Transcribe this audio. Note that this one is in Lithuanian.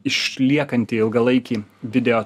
išliekantį ilgalaikį video